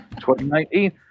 2019